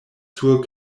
sur